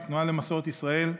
תנועת מסורת ישראל,